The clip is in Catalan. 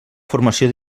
formació